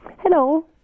Hello